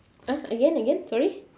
uh again again sorry